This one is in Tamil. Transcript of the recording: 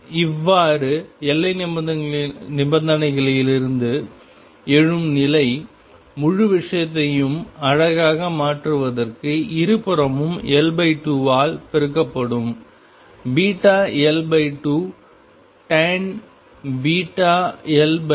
இவ்வாறு எல்லை நிபந்தனைகளிலிருந்து எழும் நிலை முழு விஷயத்தையும் அழகாக மாற்றுவதற்கு இருபுறமும் L2 ஆல் பெருக்கட்டும் βL2tan βL2 αL2